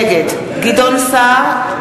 נגד גדעון סער,